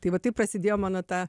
tai va taip prasidėjo mano ta